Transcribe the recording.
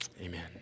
amen